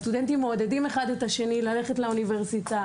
הסטודנטים מעודדים אחד את השני ללכת לאוניברסיטה,